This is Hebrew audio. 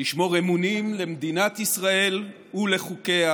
לשמור אמונים למדינת ישראל ולחוקיה,